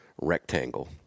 rectangle